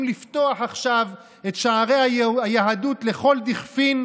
לפתוח עכשיו את שערי היהדות לכל דכפין,